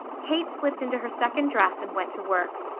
kate slipped into her second dress and went to work.